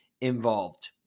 involved